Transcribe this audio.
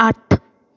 ਅੱਠ